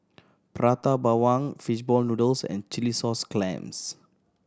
Prata Bawang fish ball noodles and chilli sauce clams